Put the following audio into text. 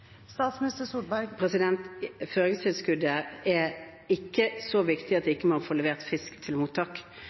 Føringstilskuddet er ikke så viktig at man ikke får levert fisk til mottak. Man får levert fisk til mottak,